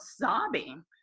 sobbing